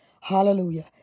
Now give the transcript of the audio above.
Hallelujah